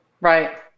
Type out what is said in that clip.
Right